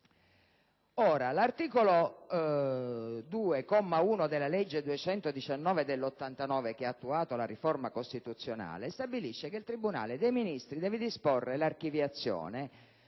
L'articolo 2, comma 1, della legge n. 219 del 1989, che ha attuato la riforma costituzionale, stabilisce che il tribunale dei ministri deve disporre l'archiviazione,